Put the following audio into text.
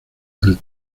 del